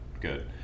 Good